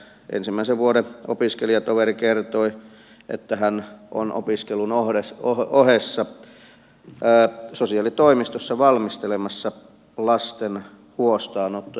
eräs ensimmäisen vuoden opiskelijatoveri kertoi että hän on opiskelun ohessa sosiaalitoimistossa valmistelemassa lasten huostaanottoja